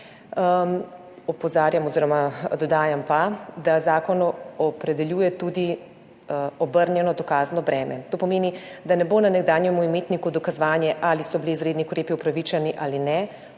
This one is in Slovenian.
Opozarjam oziroma dodajam pa, da zakon opredeljuje tudi obrnjeno dokazno breme. To pomeni, da ne bo na nekdanjem imetniku dokazovanje, ali so bili izredni ukrepi upravičeni ali ne,